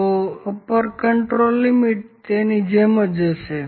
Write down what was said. તો upper control limit તેની જેમજ હશે